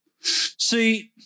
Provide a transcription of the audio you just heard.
See